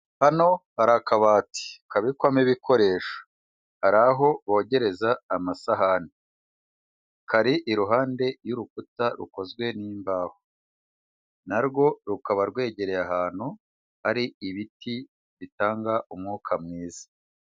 Hano hari akabati kabikwamo ibikoresho, hari aho bogereza amasahani, kari iruhande y'urukuta rukozwe n'imbaho, na rwo rukaba rwegereye ahantu hari ibiti bitanga umwuka mwiza.